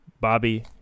Bobby